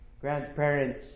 grandparents